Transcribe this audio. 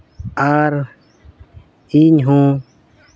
ᱟᱨ ᱤᱧ ᱦᱚᱸ